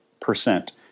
percent